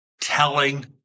telling